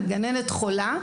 אם גננת חולה,